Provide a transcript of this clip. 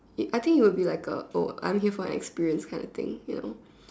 it I think it'll be like a oh I'm here for the experience kind of thing you know